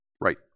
Right